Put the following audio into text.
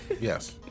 Yes